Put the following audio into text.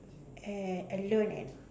a~ and learn at